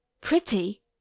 Pretty